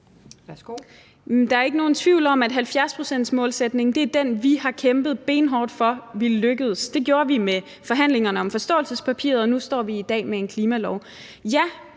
Der er ikke nogen tvivl om, at 70-procentsmålsætningen er den, vi har kæmpet benhårdt for ville lykkes. Det gjorde vi ved forhandlingerne om forståelsespapiret, og nu står vi i dag med en klimalov.